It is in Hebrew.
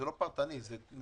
זה לא פרטני, זה הליך.